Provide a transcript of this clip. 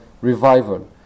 revival